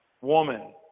woman